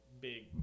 big